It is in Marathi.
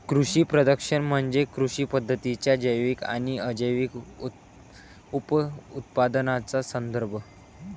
कृषी प्रदूषण म्हणजे कृषी पद्धतींच्या जैविक आणि अजैविक उपउत्पादनांचा संदर्भ